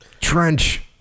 trench